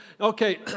okay